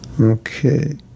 okay